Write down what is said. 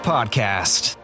Podcast